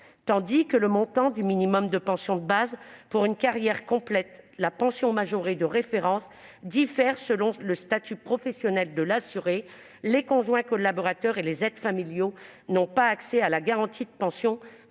Tandis que le montant du minimum de pension de base pour une carrière complète, la pension majorée de référence (PMR), diffère selon le statut professionnel de l'assuré, les conjoints collaborateurs et les aides familiaux n'ont pas accès à la garantie de pension